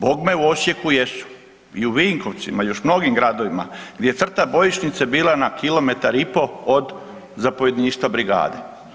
Bogme u Osijeku jesu, i u Vinkovcima i još mnogim gradovima gdje je crta bojišnice bila na kilometar i po od zapovjedništva brigade.